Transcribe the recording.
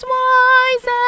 wise